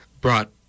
brought